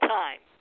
time